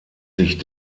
sich